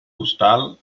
postal